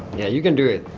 you can do it.